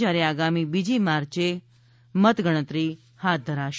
જયારે આગામી બીજી માર્ચે મતગણતરી હાથ ધરાશે